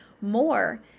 more